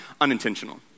unintentional